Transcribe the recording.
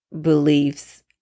beliefs